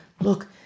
look